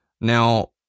Now